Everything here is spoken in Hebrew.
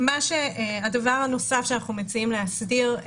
הדבר הנוסף שאנחנו מציעים להסדיר,